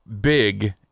big